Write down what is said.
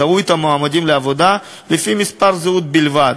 יזהו את המועמדים לפי מספר זהות בלבד.